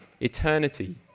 Eternity